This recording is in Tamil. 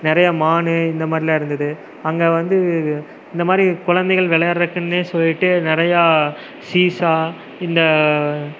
நிறையா மான் இந்தமாதிரிலாம் இருந்தது அங்கே வந்து இந்தமாதிரி குழந்தைகள் விளையாடுறக்குன்னே சொல்லிகிட்டு நிறையா சீசா இந்த